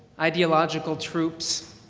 ideological troops,